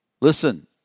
Listen